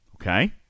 Okay